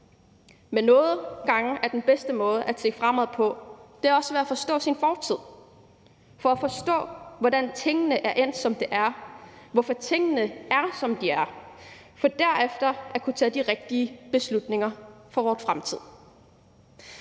men nogle gange er den bedste måde at se fremad på ved at kende sin fortid for at forstå, hvordan tingene er endt, som de er, og hvorfor tingene er, som de er, for derefter at kunne tage de rigtige beslutninger for vores fremtid.